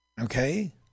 Okay